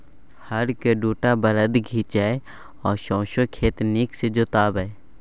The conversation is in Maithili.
हर केँ दु टा बरद घीचय आ सौंसे खेत नीक सँ जोताबै